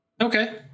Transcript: Okay